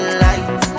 light